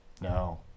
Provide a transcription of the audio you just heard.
no